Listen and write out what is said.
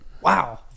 wow